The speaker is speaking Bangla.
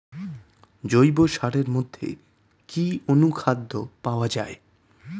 জৈব সারের মধ্যে কি অনুখাদ্য পাওয়া যায়?